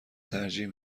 ترجیح